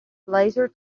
laser